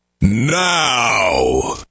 now